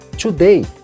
Today